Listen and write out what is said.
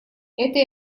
это